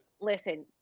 Listen